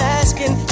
asking